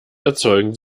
erzeugen